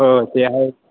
हो ते आहेच